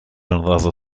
another